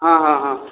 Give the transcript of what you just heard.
ಹಾಂ ಹಾಂ ಹಾಂ